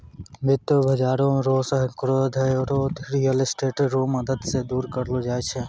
वित्त बाजार रो सांकड़ो दायरा रियल स्टेट रो मदद से दूर करलो जाय छै